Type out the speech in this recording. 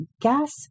gas